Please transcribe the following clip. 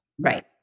Right